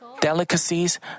delicacies